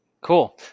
cool